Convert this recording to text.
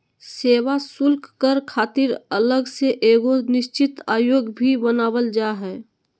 सेवा शुल्क कर खातिर अलग से एगो निश्चित आयोग भी बनावल जा हय